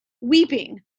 Weeping